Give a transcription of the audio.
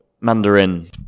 Mandarin